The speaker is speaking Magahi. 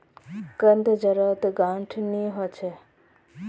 कंद जड़त गांठ नी ह छ